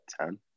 ten